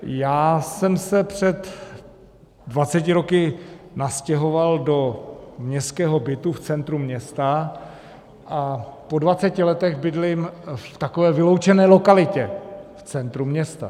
Já jsem se před dvaceti roky nastěhoval do městského bytu v centru města a po dvaceti letech bydlím v takové vyloučené lokalitě v centru města.